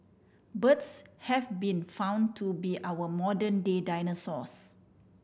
birds have been found to be our modern day dinosaurs